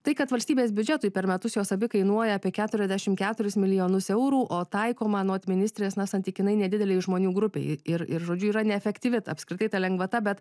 tai kad valstybės biudžetui per metus jos abi kainuoja apie keturiasdešim keturis milijonus eurų o taikoma anot ministrės na santykinai nedidelei žmonių grupei ir ir žodžiu yra neefektyvi apskritai ta lengvata bet